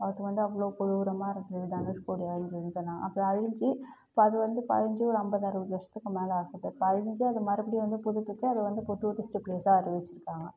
அது வந்து அவ்வளோ கொடூரமாக இருந்துது தனுஷ்கோடி அழிஞ்சிதுன்னு சொன்னோன அப்புறம் அழிஞ்சு இப்போ அது வந்து இப்போ அழிஞ்சு ஒரு ஐம்பது அறுபது வருஷத்துக்கு மேலே ஆகுது இப்போ அழிஞ்சு அது மறுபடியும் வந்து புதுப்பிச்சு அது வந்து இப்போ டூரிஸ்ட்டு ப்ளேஸாக அறிவிச்சிருக்காங்க